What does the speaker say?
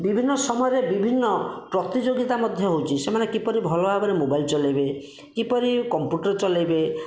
ବିଭିନ୍ନ ସମୟରେ ବିଭିନ୍ନ ପ୍ରତିଯୋଗିତା ମଧ୍ୟ ହେଉଛି ସେମାନେ କିପରି ଭଲ ଭାବରେ ମୋବାଇଲ ଚଲେଇବେ କିପରି କମ୍ପ୍ୟୁଟର ଚଲେଇବେ